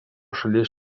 šalies